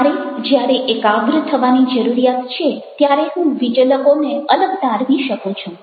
મારે જ્યારે એકાગ્ર થવાની જરૂરિયાત છે ત્યારે હું વિચલકોને અલગ તારવી શકું છું